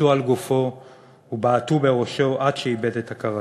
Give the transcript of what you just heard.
קפצו על גופו ובעטו בראשו עד שאיבד את הכרתו.